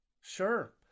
Sure